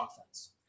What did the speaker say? offense